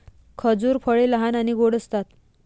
खजूर फळे लहान आणि गोड असतात